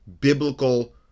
biblical